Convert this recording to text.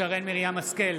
נגד שרן מרים השכל,